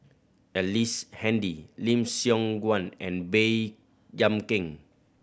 Ellice Handy Lim Siong Guan and Baey Yam Keng